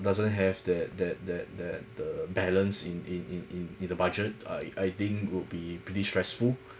doesn't have that that that that the balance in in in in in the budget I I think would be pretty stressful